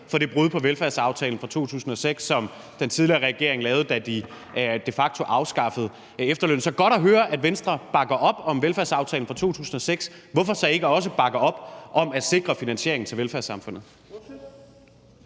for det brud på velfærdsaftalen fra 2006, som den tidligere regering lavede, da den de facto afskaffede efterlønnen. Så det er godt at høre, at Venstre bakker op om velfærdsaftalen fra 2006. Hvorfor så ikke også bakke op om at sikre finansieringen til velfærdssamfundet?